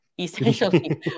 essentially